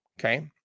Okay